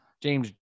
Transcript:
James